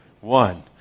One